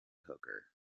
hooker